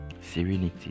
serenity